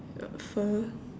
fur